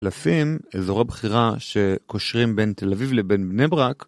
לפים, אזור הבחירה שקושרים בין תל אביב לבין בני ברק.